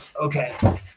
okay